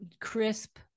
crisp